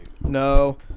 no